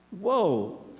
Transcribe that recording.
Whoa